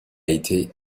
été